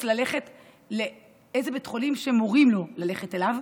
ללכת לאיזה בית חולים שמורים לו ללכת אליו,